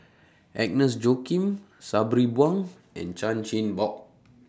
Agnes Joaquim Sabri Buang and Chan Chin Bock